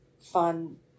fun